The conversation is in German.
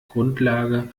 grundlage